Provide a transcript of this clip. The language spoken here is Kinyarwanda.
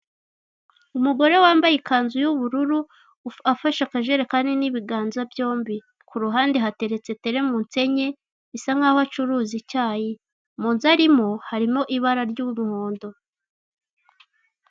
Umugore wambaye ikanzu y'ubururu, afashe akajerekani n'ibiganza byombi. Ku ruhande hateretse teremunsi enye, bisa nk'aho acuruza icyayi. Mu nzu arimo harimo ibara ry'umuhondo.